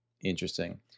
Interesting